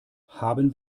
haben